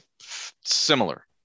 similar